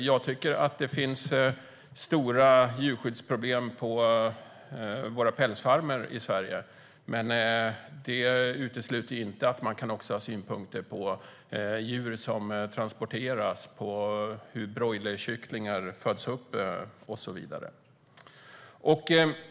Jag tycker att det finns stora djurskyddsproblem på våra pälsfarmer i Sverige. Det utesluter dock inte att jag också kan ha synpunkter på djurtransporter, på hur broilerkycklingar föds upp och så vidare.